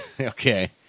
Okay